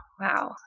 Wow